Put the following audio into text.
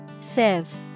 Sieve